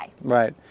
Right